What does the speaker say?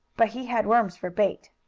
but he had worms for bait.